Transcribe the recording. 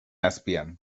azpian